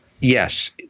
Yes